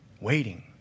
waiting